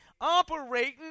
operating